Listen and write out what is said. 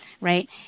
right